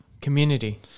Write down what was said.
Community